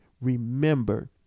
remember